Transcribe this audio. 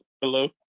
hello